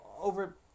over